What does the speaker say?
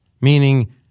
meaning